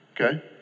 Okay